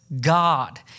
God